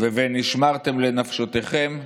ו"ונשמרתם לנפשותיכם"